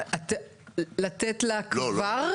לתת לה כבר?